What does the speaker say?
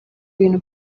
ibintu